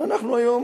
אנחנו היום